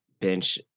bench